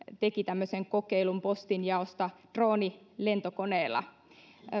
teki tämmöisen kokeilun postinjaosta droonilentokoneella